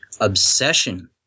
obsession